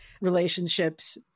relationships